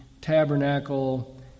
tabernacle